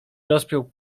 rozpiął